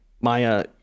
Maya